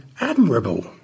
admirable